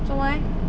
做么 eh